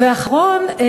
ואחרון,